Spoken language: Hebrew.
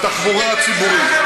בתחבורה הציבורית,